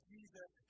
Jesus